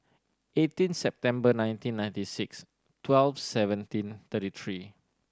eighteen September nineteen ninety six twelve seventeen thirty three